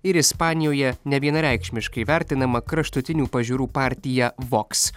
ir ispanijoje nevienareikšmiškai vertinama kraštutinių pažiūrų partija vogs